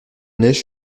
neige